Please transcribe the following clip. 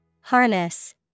Harness